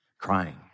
crying